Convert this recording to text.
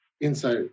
inside